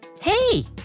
Hey